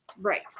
Right